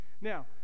Now